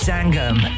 Sangam